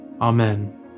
Amen